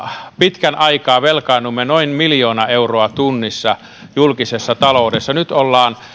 pitkän aikaa velkaannuimme noin miljoona euroa tunnissa julkisessa taloudessa nyt ollaan